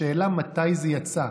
השאלה מתי זה יצא,